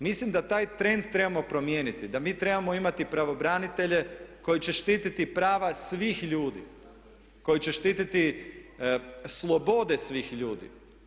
Mislim da taj trend trebamo promijeniti, da mi trebamo imati pravobranitelje koji će štititi prava svih ljudi, koji će štititi slobode svih ljudi.